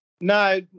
No